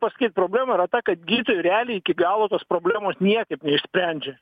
pasakyt problema yra ta kad gydytojai realiai iki galo tos problemos niekaip neišsprendžia